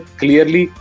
clearly